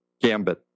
gambit